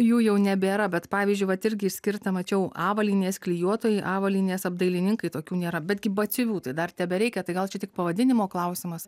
jų jau nebėra bet pavyzdžiui vat irgi išskirta mačiau avalynės klijuotojai avalynės apdailininkai tokių nėra betgi batsiuvių tai dar tebereikia tai gal čia tik pavadinimo klausimas